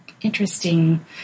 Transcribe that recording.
interesting